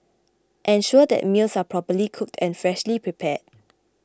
ensure that meals are properly cooked and freshly prepared